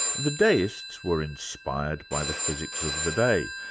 the deists were inspired by the physics of the day,